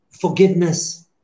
forgiveness